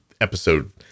episode